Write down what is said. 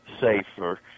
safer